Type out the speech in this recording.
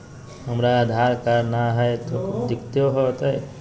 हमरा आधार कार्ड न हय, तो कोइ दिकतो हो तय?